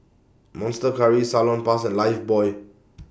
Monster Curry Salonpas and Lifebuoy